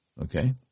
Okay